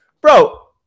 Bro